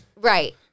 right